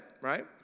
right